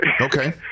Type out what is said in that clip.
Okay